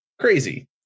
Crazy